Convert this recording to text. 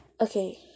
Okay